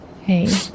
Hey